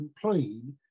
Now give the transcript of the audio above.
complain